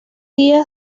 día